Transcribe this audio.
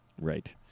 Right